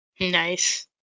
Nice